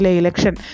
election